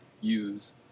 use